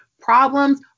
Problems